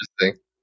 Interesting